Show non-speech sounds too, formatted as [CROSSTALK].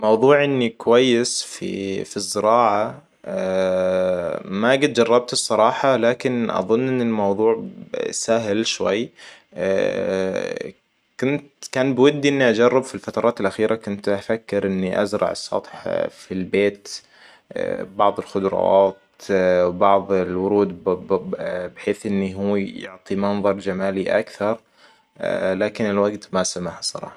موضوع اني كويس في- في الزراعة [HESITATION] ما قد جربت الصراحة لكن اظن إن الموضوع سهل شوي [HESITATION] كنت كان بودي إني أجرب في الفترات الأخيرة كنت افكر إني أزرع السطح في البيت [HESITATION] بعض الخضراوات بعض الورود ب- ب بحيث انه هو يعطي منظر جمالي أكثر لكن الوقت ما سمح الصراحة